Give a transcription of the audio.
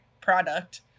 product